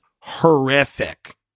horrific